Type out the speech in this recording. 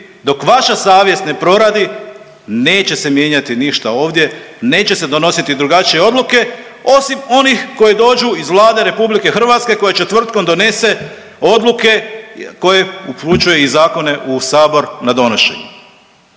Dok vaša savjest ne proradi neće se mijenjati ništa ovdje, neće se donositi drugačije odluke osim onih koje dođu iz Vlade Republike Hrvatske koja četvrtkom donese odluke koje upućuje i zakone u Sabor na donošenje.